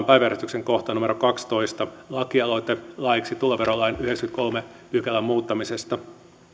päiväjärjestyksen kohtaan kaksitoista lakialoitteeseen laiksi tuloverolain yhdeksännenkymmenennenkolmannen pykälän muuttamisesta